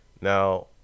Now